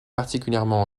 particulièrement